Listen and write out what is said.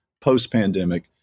post-pandemic